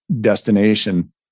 destination